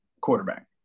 quarterback